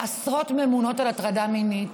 עשרות ממונות על הטרדה מינית,